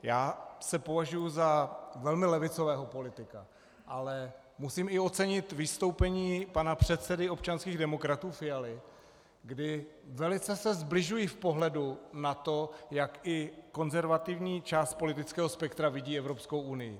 Já se považuji za velmi levicového politika, ale musím i ocenit vystoupení pana předsedy občanských demokratů Fialy, kdy velice se sbližuji v pohledu na to, jak i konzervativní část politického spektra vidí Evropskou unii.